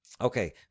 Okay